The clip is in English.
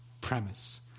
premise